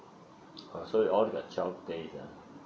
oh so all got twelve days ah